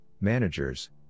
managers